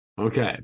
Okay